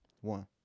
One